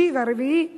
השלישי והרביעי.